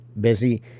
busy